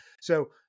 So-